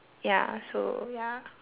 ya so ya